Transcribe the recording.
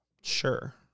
Sure